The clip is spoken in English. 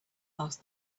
asked